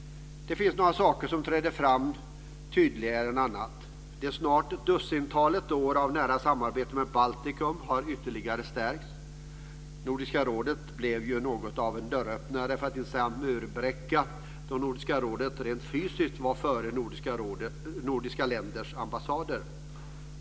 Det finns några saker som träder fram lite tydligare än annat. Det snart dussintalet år av nära samarbete med Baltikum har ytterligare stärkts. Nordiska rådet blev något av en dörröppnare, för att inte säga en murbräcka, då Nordiska rådet rent fysiskt var före nordiska länders ambassader.